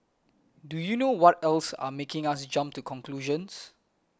do you know what else are making us jump to conclusions